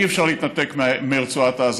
אי-אפשר להתנתק מרצועת עזה,